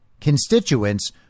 constituents